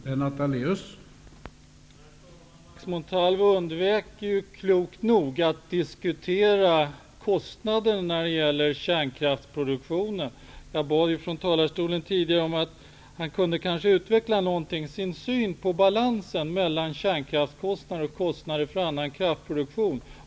Herr talman! Klokt nog undvek Max Montalvo att diskutera kostnaderna för kärnkraftsproduktionen. Jag bad ju tidigare Max Montalvo att utveckla sin syn på balansen mellan kärnkraftskostnader och kostnader för annan kraftproduktion.